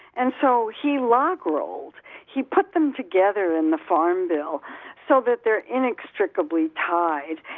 and so he logrolled he put them together in the farm bill so that they're inextricably tied.